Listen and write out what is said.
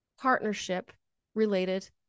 partnership-related